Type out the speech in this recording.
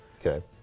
Okay